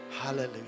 Hallelujah